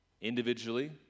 individually